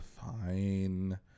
Fine